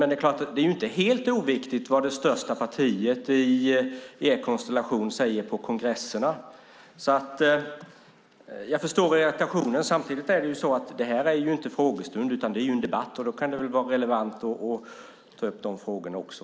Men det är inte helt oviktigt vad det största partiet i er konstellation säger på kongresserna. Jag förstår irritationen, men det här är inte någon frågestund, utan en debatt. Då kan det vara relevant att ta upp de frågorna också.